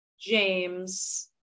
James